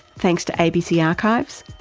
thanks to abc archives,